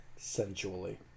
Sensually